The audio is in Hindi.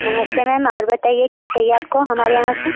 नमस्ते मैम और बताइए क्या चाहिए आपको हमारे यहाँ से